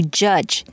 judge